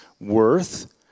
worth